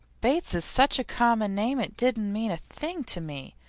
bates is such a common name it didn't mean a thing to me.